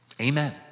Amen